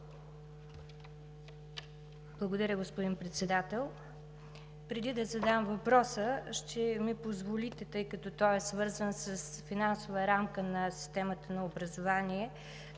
Благодаря Ви, господин Председател. Преди да задам въпроса, ще ми позволите, тъй като той е свързан с финансова рамка на системата на образование